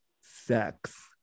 sex